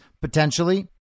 potentially